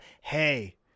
Hey